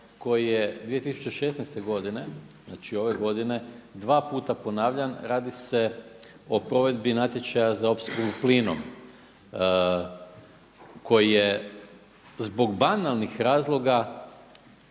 koji je 2016. godine, znači ove godine dva puta ponavljan. Radi se o provedbi natječaja za opskrbu plinom koji je zbog banalnih razloga